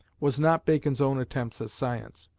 was not bacon's own attempts at science,